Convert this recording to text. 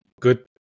good